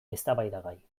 eztabaidagai